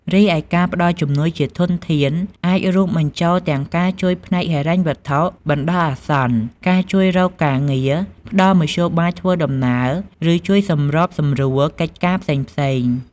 រីឯ ការផ្តល់ជំនួយជាធនធាន អាចរួមបញ្ចូលទាំងការជួយផ្នែកហិរញ្ញវត្ថុបណ្តោះអាសន្ន ការជួយរកការងារ ផ្តល់មធ្យោបាយធ្វើដំណើរ ឬជួយសម្របសម្រួលកិច្ចការផ្សេងៗ។